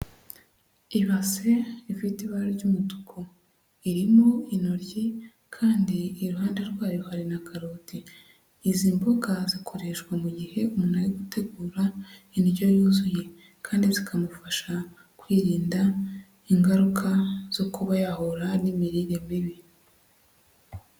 Ibase rifite ibara ry'umutuku irimo intoryi kandi iruhande rwayo hari na karoti, izi mboga zikoreshwa mu gihe umuntu ari gutegura indyo yuzuye kandi zikamufasha kwirinda ingaruka zo kuba yahura n'imirire mibi.